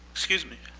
excuse me,